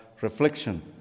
reflection